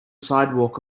sidewalk